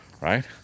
right